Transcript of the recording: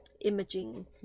imaging